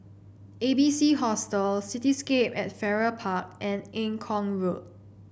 A B C Hostel Cityscape at Farrer Park and Eng Kong Road